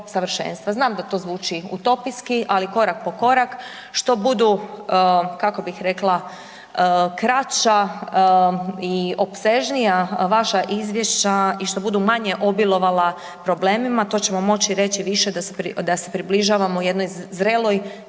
Znam da to zvuči utopijski, ali korak po korak, što budu kako bih rekla kraća i opsežnija vaša izvješća i što budu manje obilovala problemima to ćemo moći reći više da se približavamo jednoj zreloj